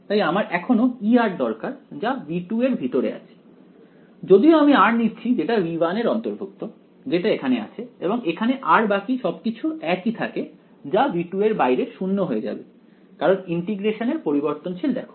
তাই আমার এখনো E দরকার যা V2 এর ভিতরে আছে যদিও আমি r নিচ্ছি যেটা V1 এর অন্তর্ভুক্ত যেটা এখানে আছে এবং এখানে r বাকি সবকিছু একই থাকে যা V2 এর বাইরে 0 হয়ে যাবে কারণ ইন্টিগ্রেশনের পরিবর্তনশীল দেখো